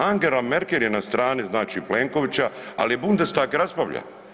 Angela Merkel je na strani znači Plenkovića, al je Bundestag raspravlja.